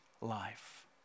life